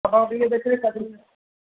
ହଁ ଟିକେ ଦେଖାଇ କରି ଦେବି